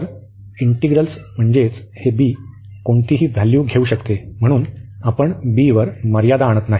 तर इंटिग्रल्स म्हणजेच हे b कोणतेही व्हॅल्यू घेऊ शकते म्हणून आपण b वर मर्यादा आणत नाही